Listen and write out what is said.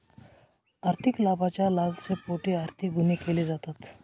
आर्थिक लाभाच्या लालसेपोटी आर्थिक गुन्हे केले जातात